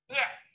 yes